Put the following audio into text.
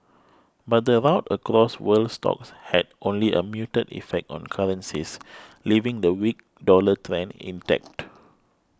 but the rout across world stocks had only a muted effect on currencies leaving the weak dollar trend intact